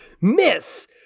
Miss